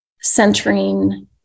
centering